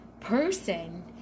person